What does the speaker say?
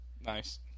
Nice